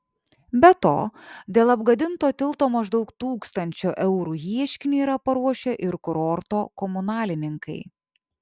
be to dėl apgadinto tilto maždaug tūkstančio eurų ieškinį yra paruošę ir kurorto komunalininkai